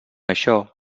això